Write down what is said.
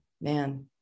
man